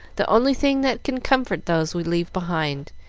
the only thing that can comfort those we leave behind,